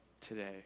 today